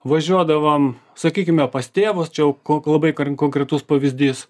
važiuodavom sakykime pas tėvus čia jau ko labai konkretus pavyzdys